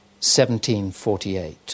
1748